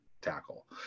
tackle